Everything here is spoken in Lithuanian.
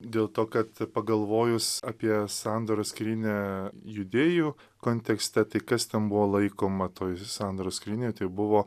dėl to kad pagalvojus apie sandoros skrynią judėjų kontekste tai kas ten buvo laikoma toj sandoros skrynioj tai buvo